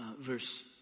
verse